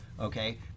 okay